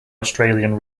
australian